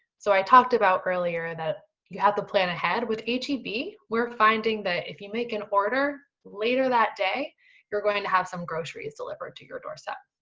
so i talked about earlier that you have to plan ahead, with h e b, we're finding that if you make an order, later that day you're going to have some groceries delivered to your doorstep.